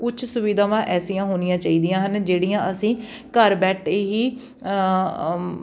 ਕੁਛ ਸੁਵਿਧਾਵਾਂ ਐਸੀਆਂ ਹੋਣੀਆਂ ਚਾਹੀਦੀਆਂ ਹਨ ਜਿਹੜੀਆਂ ਅਸੀਂ ਘਰ ਬੈਠੇ ਹੀ